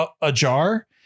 ajar